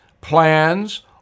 plans